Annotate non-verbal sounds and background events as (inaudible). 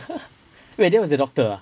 (laughs) wait that was a doctor ah